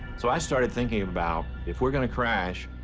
so i started thinking about, if we're going to crash,